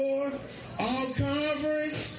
All-Conference